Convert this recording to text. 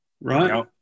Right